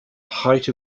height